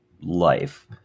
life